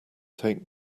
take